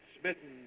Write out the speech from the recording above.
smitten